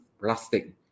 plastic